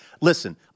listen